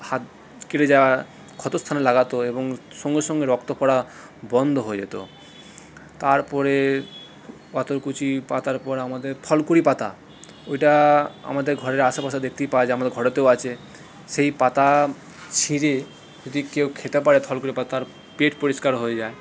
হাত কেটে যাওয়া ক্ষতস্থানে লাগাতো এবং সঙ্গে সঙ্গে রক্ত পড়া বন্ধ হয়ে যেতো তারপরে পাথরকুচি পাতার পর আমাদের ফলকুড়ি পাতা ওইটা আমাদের ঘরের আশেপাশে দেখতেই পাওয়া যায় আমাদের ঘরেতেও আছে সেই পাতা ছিঁড়ে যদি কেউ খেতে পারে থলকুলি পাতার পেট পরিষ্কারও হয়ে যায়